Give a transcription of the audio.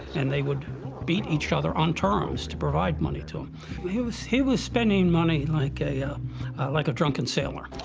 and they would beat each other on terms to provide money to him. he was he was spending money like a yeah like a drunken sailor.